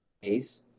base